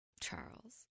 Charles